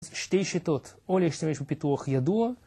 שתי שיטות, או להשתמש בפיתוח ידוע